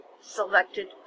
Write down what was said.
selected